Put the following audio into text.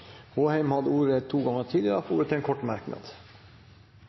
Håheim har hatt ordet to ganger og får ordet til en kort merknad,